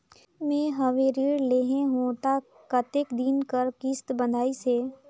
मैं हवे ऋण लेहे हों त कतेक दिन कर किस्त बंधाइस हे?